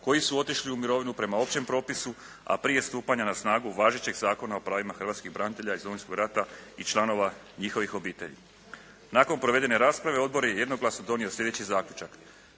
koji su otišli u mirovinu prema općem propisu, a prije stupanja na snagu važećeg Zakona o pravima hrvatskih branitelja iz Domovinskog rata i članov njihovih obitelji. Nakon provedene rasprave Odbor je jednoglasno donio sljedeći zaključak: